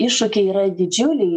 iššūkiai yra didžiuliai